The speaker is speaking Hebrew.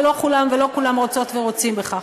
ולא כולם ולא כולן רוצות ורוצים בכך.